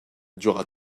dura